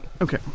Okay